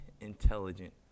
intelligent